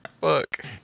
Fuck